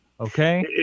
Okay